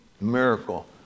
Miracle